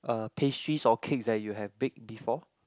uh pastries or cakes that you have bake before